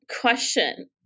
question